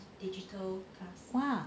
!wow!